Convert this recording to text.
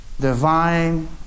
divine